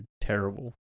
terrible